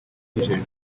bijejwe